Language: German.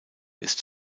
ist